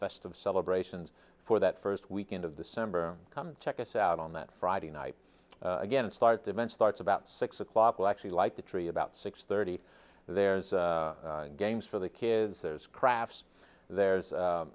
festive celebrations for that first weekend of december come check us out on that friday night again start the event starts about six o'clock well actually like the tree about six thirty there's games for the kids there's crafts there's